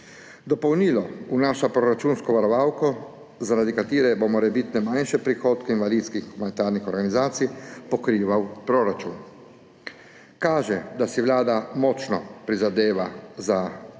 Dopolnilo vnaša proračunsko varovalko, zaradi katere bo morebitne manjše prihodke invalidskih in humanitarnih organizacij pokrival proračun. Kaže, da si Vlada močno prizadeva za